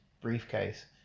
briefcase